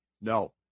No